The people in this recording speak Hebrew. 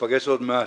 ניפגש עוד מעט.